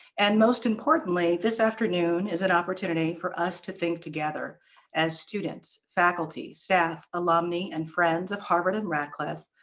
and most importantly, this afternoon is an opportunity for us to think together as students, faculty, staff, alumnae, and friends of harvard and radcliffe,